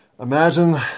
imagine